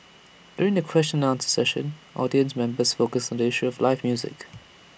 during the question and answer session audience members focused the issue of live music